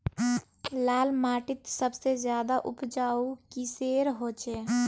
लाल माटित सबसे ज्यादा उपजाऊ किसेर होचए?